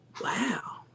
wow